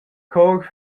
chor